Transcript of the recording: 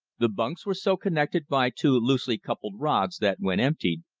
the bunks were so connected by two loosely-coupled rods that, when emptied,